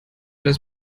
das